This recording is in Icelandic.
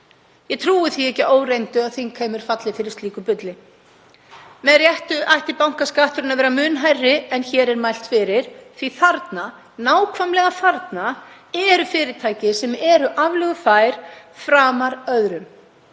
Ég trúi því ekki að óreyndu að þingheimur falli fyrir slíku bulli. Með réttu ætti bankaskatturinn að vera mun hærri en hér er mælt fyrir, því að þarna, nákvæmlega þarna, eru fyrirtæki sem eru aflögufær framar öðrum.